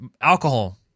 alcohol